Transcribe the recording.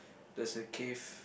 there's a cave